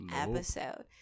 episode